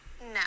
No